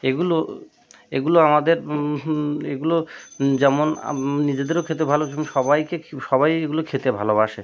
এগুলো এগুলো আমাদের এগুলো যেমন আম নিজেদেরও খেতে ভালো সবাইকে সবাই এগুলো খেতে ভালোবাসে